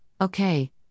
okay